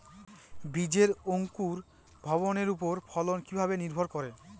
বীজের অঙ্কুর ভবনের ওপর ফলন কিভাবে নির্ভর করে?